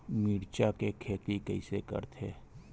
मिरचा के खेती कइसे करथे?